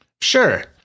Sure